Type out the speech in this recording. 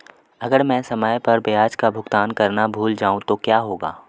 अगर मैं समय पर ब्याज का भुगतान करना भूल जाऊं तो क्या होगा?